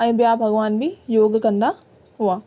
ऐं ॿिया भगवान बि योग कंदा हुआ